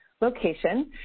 Location